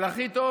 אבל הכי טוב